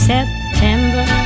September